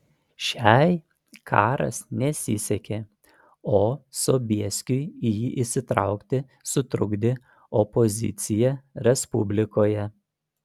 šiai karas nesisekė o sobieskiui į jį įsitraukti sutrukdė opozicija respublikoje